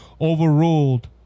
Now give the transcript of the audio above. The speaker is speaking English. overruled